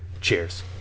Cheers